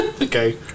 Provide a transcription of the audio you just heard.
Okay